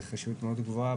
זו חשיבות מאוד גבוהה,